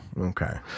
Okay